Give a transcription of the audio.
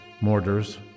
mortars